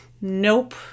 nope